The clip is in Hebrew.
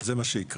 זה מה שיקרה.